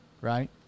right